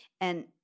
And-